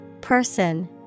Person